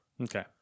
Okay